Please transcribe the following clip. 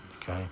okay